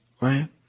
right